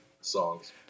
songs